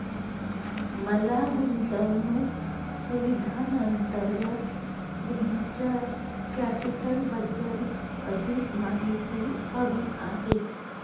मला गुंतवणूक सुविधांअंतर्गत व्हेंचर कॅपिटलबद्दल अधिक माहिती हवी आहे